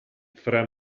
fra